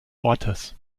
ortes